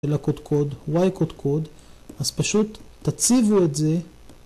וואי קוד קוד, אז פשוט תציבו את זה